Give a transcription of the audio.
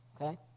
Okay